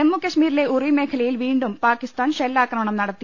ജമ്മുകശ്മീരിലെ ഉറി മേഖലയിൽ വീണ്ടും പാകിസ്ഥാൻ ഷെൽ ആക്രമണം നടത്തി